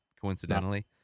coincidentally